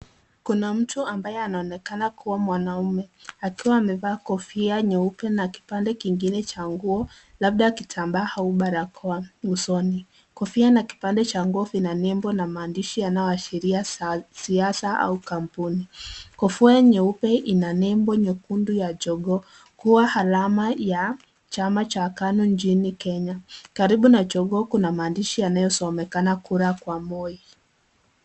Kuna mtu ambaye anaonekana kuwa mwanaume akiwa amevaa kofia nyeupe na kipande kingine cha nguo labda kitambaa au barakoa usoni. Kofia na kipande cha nguo vina nembo la maandishi yanayoashiria za siasa au kampuni. Kofia nyeupe ina nembo nyekundu ya jogoo kuwa alama ya chama cha KANU nchini Kenya karibu na jogoo kuna maandishi yanayosomekana kura kwa Moi.